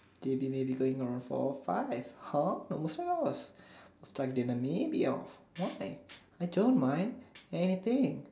J_B maybe going around four or five !huh! why I don't mind anything